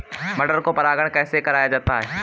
मटर को परागण कैसे कराया जाता है?